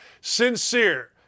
Sincere